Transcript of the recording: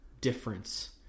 difference